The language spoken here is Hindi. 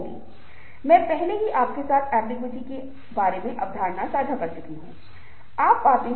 इसलिए हम अपने संचार के संदर्भ में शोर और ध्वनियों को देखें ये भी महत्वपूर्ण भूमिका निभाते हैं